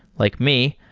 like me,